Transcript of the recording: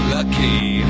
Lucky